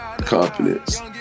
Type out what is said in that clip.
confidence